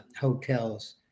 hotels